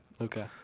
Okay